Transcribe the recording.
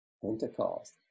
Pentecost